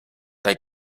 they